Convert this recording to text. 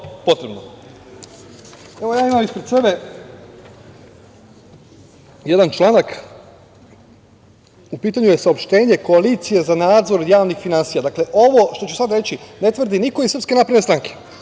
imam ispred sebe jedan članak. U pitanju je saopštenje Koalicije za nadzor javnih finansija. Dakle, ovo što ću sad reći ne tvrdi niko iz SNS, ovo niko